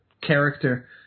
character